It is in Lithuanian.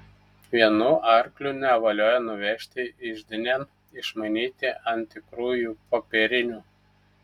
vienu arkliu nevaliojo nuvežti iždinėn išmainyti ant tikrųjų popierinių